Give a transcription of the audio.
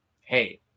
hey